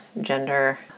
gender